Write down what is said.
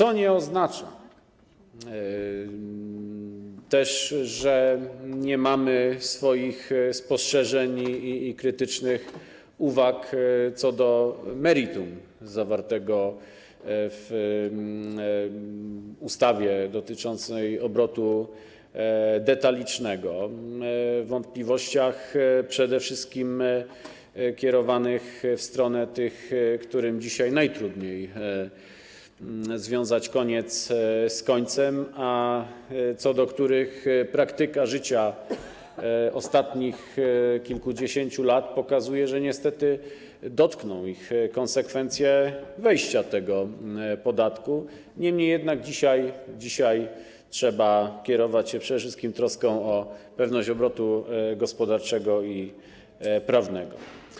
To nie oznacza, że nie mamy swoich spostrzeżeń i krytycznych uwag co do meritum zawartego w ustawie dotyczącej obrotu detalicznego, wątpliwości przede wszystkim kierowanych w stronę tych, którym dzisiaj najtrudniej związać koniec z końcem, a co do których praktyka życia ostatnich kilkudziesięciu lat pokazuje, że niestety dotkną ich konsekwencje wejścia w życie tego podatku, niemniej dzisiaj trzeba kierować się przede wszystkim troską o pewność obrotu gospodarczego i prawnego.